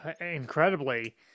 incredibly